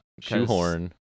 Shoehorn